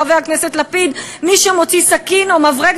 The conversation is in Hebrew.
חבר הכנסת לפיד: מי שמוציא סכין או מברג,